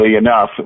enough